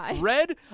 Red